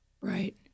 Right